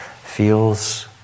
feels